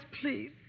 please